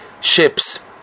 ships